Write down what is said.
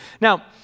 Now